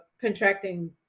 contracting